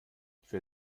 für